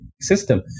system